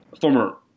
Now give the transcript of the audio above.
former